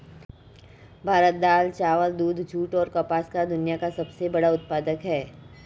भारत दाल, चावल, दूध, जूट, और कपास का दुनिया का सबसे बड़ा उत्पादक है